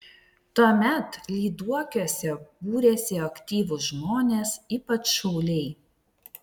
tuomet lyduokiuose būrėsi aktyvūs žmonės ypač šauliai